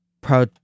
Pro